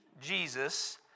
Jesus